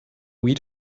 weed